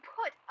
put